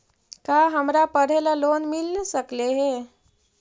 का हमरा पढ़े ल लोन मिल सकले हे?